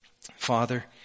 Father